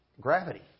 gravity